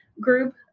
group